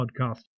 podcast